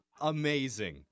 Amazing